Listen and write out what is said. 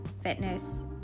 fitness